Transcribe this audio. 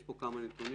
יש פה כמה נתונים.